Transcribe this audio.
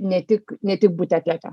ne tik ne tik būti atlete